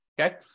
Okay